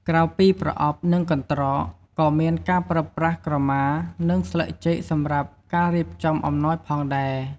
ក្រៅពីប្រអប់ និងកន្ត្រក ក៏មានការប្រើប្រាស់ក្រមា និងស្លឹកចេកសម្រាប់ការរៀបចំអំណោយផងដែរ។